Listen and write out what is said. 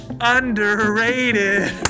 Underrated